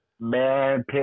Man